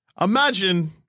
Imagine